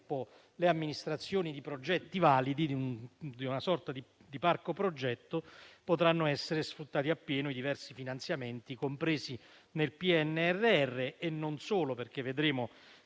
le amministrazioni di progetti validi, dunque di una sorta di parco progetti, potranno essere sfruttati appieno i diversi finanziamenti compresi nel PNRR e non solo: vedremo